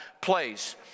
place